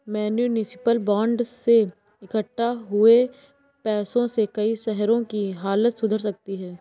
municipal bond से इक्कठा हुए पैसों से कई शहरों की हालत सुधर सकती है